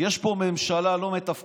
יש פה ממשלה לא מתפקדת.